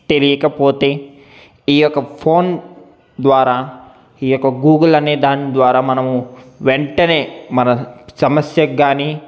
తెలియకపోతే ఈయొక్క ఫోన్ ద్వారా ఈ యొక్క గూగుల్ అనే దాని ద్వారా మనము వెంటనే మన సమస్యకి కానీ